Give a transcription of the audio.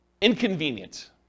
inconvenient